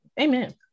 amen